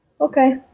Okay